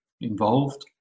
involved